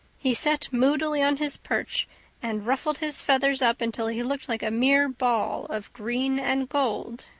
he sat moodily on his perch and ruffled his feathers up until he looked like a mere ball of green and gold.